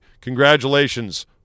congratulations